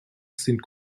sind